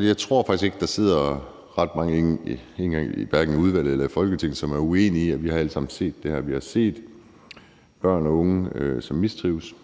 jeg tror faktisk ikke, der sidder ret mange, hverken i udvalget eller i Folketinget, som er uenige i, at vi alle sammen har set det her. Vi har set børn og unge, som mistrives.